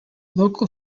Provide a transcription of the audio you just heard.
local